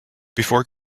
before